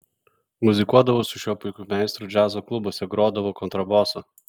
muzikuodavau su šiuo puikiu meistru džiazo klubuose grodavau kontrabosu